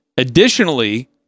Additionally